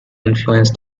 influence